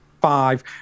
five